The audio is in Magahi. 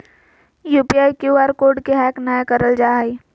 यू.पी.आई, क्यू आर कोड के हैक नयय करल जा हइ